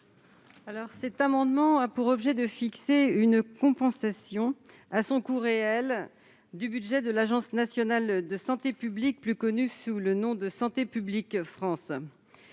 126. Cet amendement a pour objet de fixer une compensation à son coût réel du budget réel de l'Agence nationale de santé publique (ANSP), plus connue sous le nom de Santé publique France.